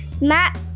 Matt